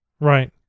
Right